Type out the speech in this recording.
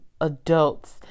adults